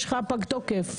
יש לך פג תוקף,